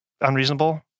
unreasonable